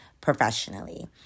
professionally